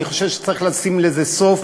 אני חושב שצריך לשים לזה סוף,